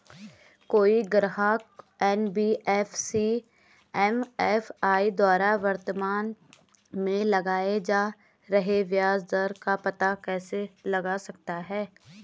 कोई ग्राहक NBFC MFI द्वारा वर्तमान में लगाए जा रहे ब्याज दर का पता कैसे लगा सकता है?